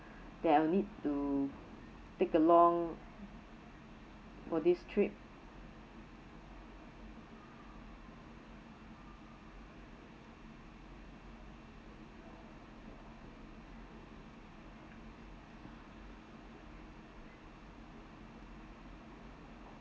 that I will need to take along for this trip